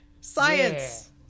Science